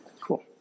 Cool